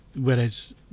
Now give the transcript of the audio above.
whereas